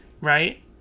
right